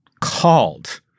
called